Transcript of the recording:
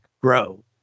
grow